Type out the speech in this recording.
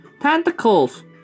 Tentacles